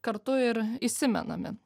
kartu ir įsimename